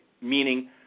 meaning